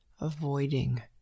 avoiding